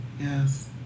yes